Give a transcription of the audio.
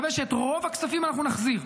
ואני מקווה שאת רוב הכספים אנחנו נחזיר,